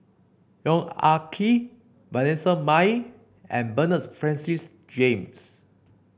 Yong Ah Kee Vanessa Mae and Bernard Francis James